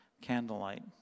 candlelight